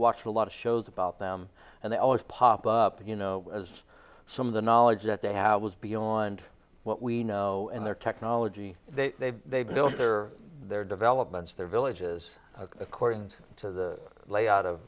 watch a lot of shows about them and they always pop up you know as some of the knowledge that they have was beyond what we know and their technology they build their developments their villages according to the layout